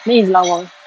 then it's lawa